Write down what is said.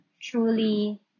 truly